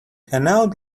hanaud